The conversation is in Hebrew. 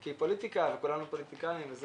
כי פוליטיקה וכולנו פוליטיקאים.